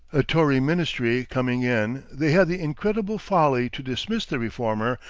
a tory ministry coming in, they had the incredible folly to dismiss the reformer,